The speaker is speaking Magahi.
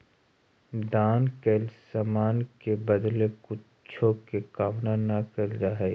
दान कैल समान के बदले कुछो के कामना न कैल जा हई